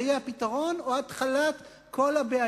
זה יהיה הפתרון, או התחלת כל הבעיות?